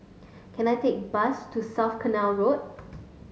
can I take a bus to South Canal Road